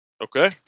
Okay